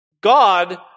God